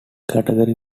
category